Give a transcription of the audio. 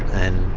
and